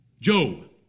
Job